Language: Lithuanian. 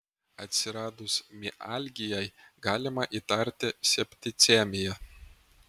atsiradus mialgijai galima įtarti septicemiją